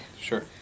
Sure